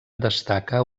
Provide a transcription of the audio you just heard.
destaca